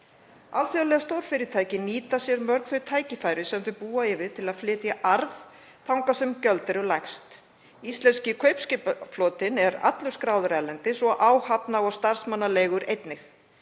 Alþjóðleg stórfyrirtæki nýta sér mörg þau tækifæri sem þau búa yfir til að flytja arð þangað sem gjöld eru lægst. Íslenski kaupskipaflotinn er allur skráður erlendis og áhafna- og starfsmannaleigur einnig.